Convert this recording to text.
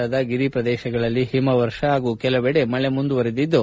ಉತ್ತರಕಾಂಡದ ಗಿರಿ ಪ್ರದೇಶಗಳಲ್ಲಿ ಹಿಮವರ್ಷ ಹಾಗೂ ಕೆಲವೆಡೆ ಮಳೆ ಮುಂದುವರಿದಿದ್ದು